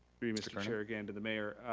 through you mr. chair, again to the mayor.